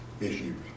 issues